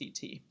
CT